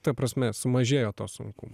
ta prasme sumažėjo to sunkumo